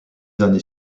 années